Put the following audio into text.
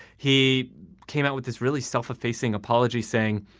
he came out with this really self-effacing apology saying,